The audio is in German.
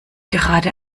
gerade